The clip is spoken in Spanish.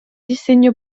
diseño